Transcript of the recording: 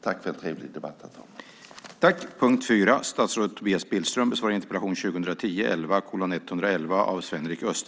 Tack för en trevlig debatt, herr talman.